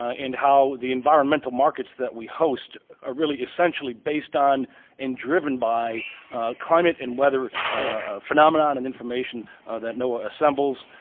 ah and how the environmental markets that we host are really essentially based on and driven by climate and weather phenomenon and information that noaa assembles.